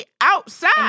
outside